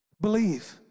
believe